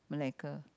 malacca